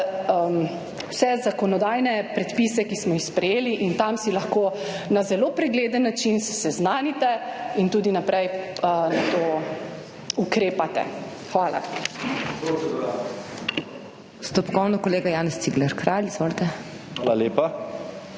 vse zakonodajne predpise, ki smo jih sprejeli in tam se lahko na zelo pregleden način seznanite in tudi naprej na to ukrepate. Hvala.